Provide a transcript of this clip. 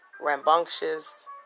rambunctious